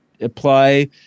apply